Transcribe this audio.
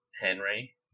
Henry